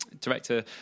director